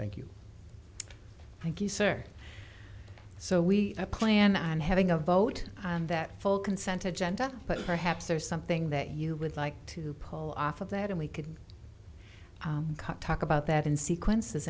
thank you thank you sir so we plan on having a vote on that full consent agenda but perhaps there is something that you would like to pull off of that and we could cut talk about that in sequence